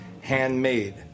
handmade